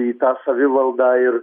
į tą savivaldą ir